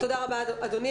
תודה רבה, אדוני.